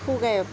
সুগায়ক